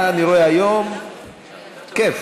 אתה, אני רואה, היום, כיף.